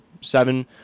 seven